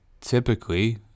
typically